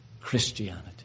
Christianity